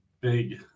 big